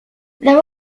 there